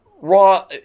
Raw